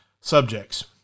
subjects